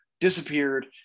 disappeared